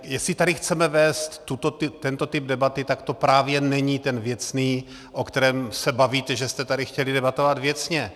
Jestli tady chceme vést tento typ debaty, tak to právě není ten věcný, o kterém se bavíte, že jste tady chtěli debatovat věcně.